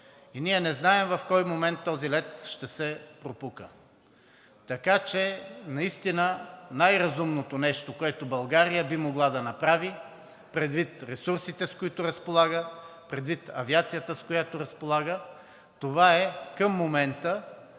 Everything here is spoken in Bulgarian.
и ние не знаем в кой момент този лед ще се пропука. Така че наистина най-разумното нещо, което България би могла да направи предвид ресурсите, с които разполага, предвид авиацията, с която разполага – това е към момента